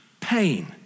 pain